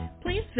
Please